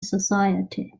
society